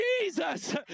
Jesus